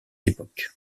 époque